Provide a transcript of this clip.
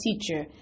teacher